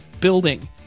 building